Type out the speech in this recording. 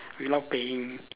without paying